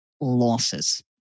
losses